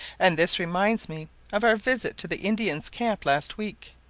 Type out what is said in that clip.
and this reminds me of our visit to the indian's camp last week.